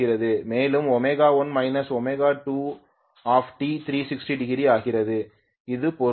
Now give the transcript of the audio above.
மேலும் ω1 −ω2 t 360 degree ஆகிறது அது பொருந்தும்